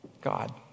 God